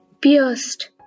pierced